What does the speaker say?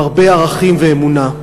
עם הרבה ערכים ואמונה.